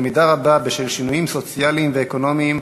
במידה רבה בשל שינויים סוציאליים ואקונומיים,